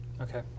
Okay